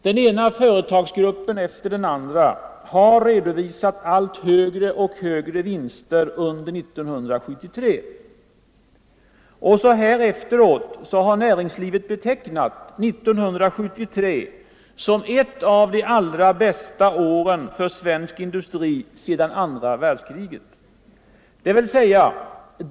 Den ena företagsgruppen efter den andra har redovisat allt högre vinster för 1973. Så här efteråt har näringslivet betecknat 1973 som ett av de allra bästa åren för svensk industri sedan andra världskriget.